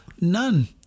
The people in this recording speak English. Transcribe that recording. None